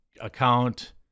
account